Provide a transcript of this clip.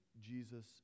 Jesus